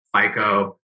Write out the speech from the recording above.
FICO